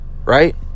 Right